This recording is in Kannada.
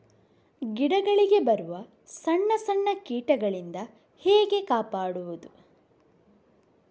ಗಿಡಗಳಿಗೆ ಬರುವ ಸಣ್ಣ ಸಣ್ಣ ಕೀಟಗಳಿಂದ ಹೇಗೆ ಕಾಪಾಡುವುದು?